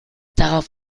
darauf